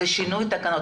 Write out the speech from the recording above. זה שינוי של התקנות.